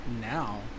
now